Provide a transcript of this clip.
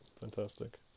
fantastic